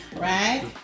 right